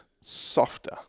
softer